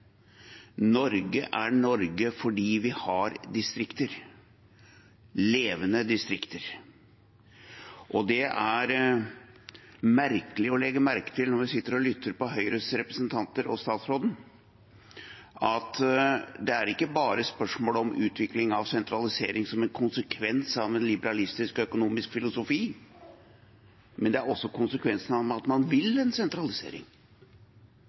Norge er Norge fordi vi har distrikter – levende distrikter. Det er merkelig å legge merke til, når vi sitter og lytter på Høyres representanter og statsråden, at det er ikke bare spørsmål om utvikling av sentralisering som en konsekvens av en liberalistisk økonomisk filosofi, men det er også konsekvensen av at man vil en sentralisering.